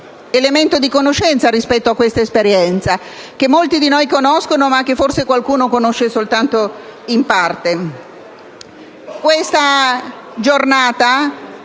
elemento di conoscenza rispetto a questa esperienza, che molti di noi conoscono e forse qualcuno soltanto in parte.